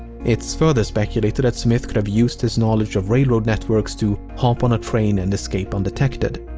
it's further speculated that smith could have used his knowledge of railroad networks to hop on a train and escape undetected.